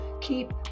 keep